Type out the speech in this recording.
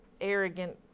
arrogant